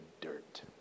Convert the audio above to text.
dirt